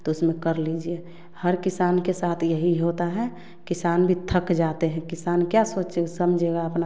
तो उसमें कर लीजिए हर किसान के साथ यही होता हैं किसान भी थक जाते हैं किसान क्या सोचे समझेगा अपना